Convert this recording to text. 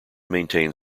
maintain